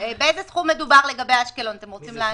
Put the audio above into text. באיזה סכום מדובר לגבי אשקלון, אתם רוצים לענות?